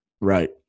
Right